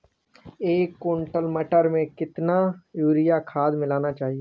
एक कुंटल मटर में कितना यूरिया खाद मिलाना चाहिए?